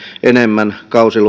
enemmän